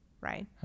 right